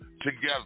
together